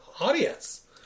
audience